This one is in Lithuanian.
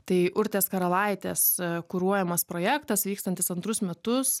tai urtės karalaitės kuruojamas projektas vykstantis antrus metus